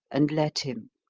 and let him!